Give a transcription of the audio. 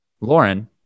Lauren